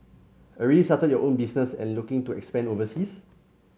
already started your own business and looking to expand overseas